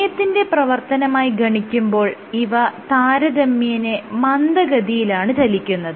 സമയത്തിന്റെ പ്രവർത്തനമായി ഗണിക്കുമ്പോൾ ഇവ താരതമ്യേന മന്ദഗതിയിലാണ് ചലിക്കുന്നത്